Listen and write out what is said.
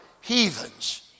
heathens